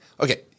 Okay